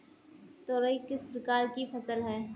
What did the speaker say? तोरई किस प्रकार की फसल है?